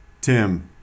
Tim